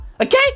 Okay